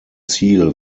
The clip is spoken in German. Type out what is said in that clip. ziel